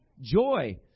joy